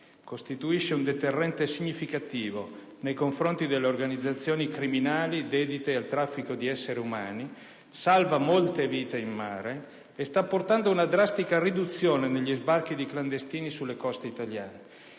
costituisce un deterrente significativo nei confronti delle organizzazioni criminali dedite al traffico di esseri umani, salva molte vite in mare e sta portando a una drastica riduzione negli sbarchi di clandestini sulle coste italiane: